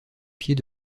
pied